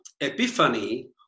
epiphany